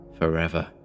forever